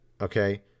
Okay